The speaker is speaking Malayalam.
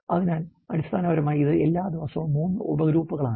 അതിനാൽ അടിസ്ഥാനപരമായി ഇത് എല്ലാ ദിവസവും 3 ഗ്രൂപ്പുകളാണ്